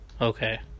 Okay